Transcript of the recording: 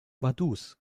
vaduz